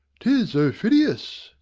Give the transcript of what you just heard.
tis aufidius,